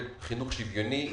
חינוך שוויוני,